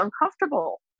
uncomfortable